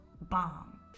bomb